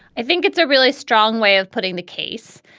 i think it's a really strong way of putting the case.